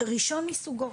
ראשון מסוגו.